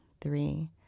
three